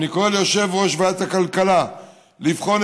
ואני קורא ליושב-ראש ועדת הכלכלה לבחון